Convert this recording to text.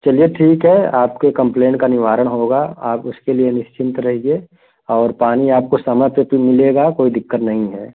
चलिए ठीक है आपके कम्प्लेंट का निवारण होगा आप उसके लिए निश्चिंत रहिए और पानी आपको समय से तो मिलेगा कोई दिक्कत नहीं है